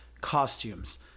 costumes